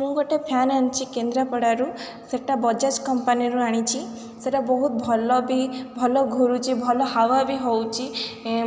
ମୁଁ ଗୋଟେ ଫ୍ୟାନ୍ ଆଣିଛି କେନ୍ଦ୍ରାପଡ଼ାରୁ ସେଟା ବଜାଜ୍ କମ୍ପାନୀରୁ ଆଣିଛି ସେଟା ବହୁତ ଭଲ ବି ଭଲ ଘୁରୁଛି ଭଲ ହାୱା ବି ହେଉଛି